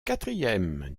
quatrième